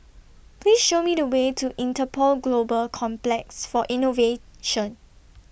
Please Show Me The Way to Interpol Global Complex For Innovation